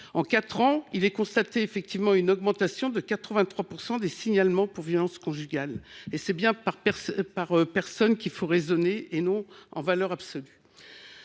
en quatre ans, on constate une augmentation de 83 % des signalements pour violences conjugales. Or c’est bien par personne qu’il faut raisonner, et non en valeur absolue